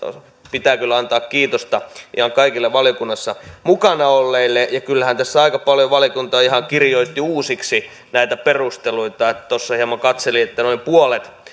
pitää kyllä antaa kiitosta ihan kaikille valiokunnassa mukana olleille kyllähän tässä aika paljon valiokunta ihan kirjoitti uusiksi näitä perusteluita eli tuossa hieman katselin että